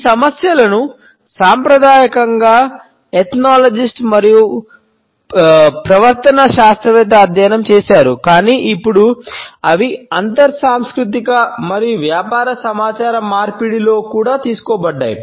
ఈ సమస్యలను సాంప్రదాయకంగా ఎథ్నోలజిస్ట్ మరియు వ్యాపార సమాచార మార్పిడిలో కూడా తీసుకోబడ్డాయి